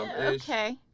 Okay